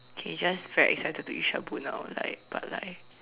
okay just very excited to eat shabu now like but like